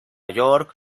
york